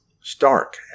stark